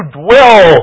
dwell